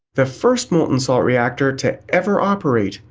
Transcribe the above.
the first molten salt reactor to ever operate,